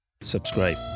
subscribe